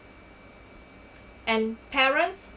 and parents